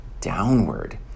downward